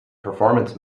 performance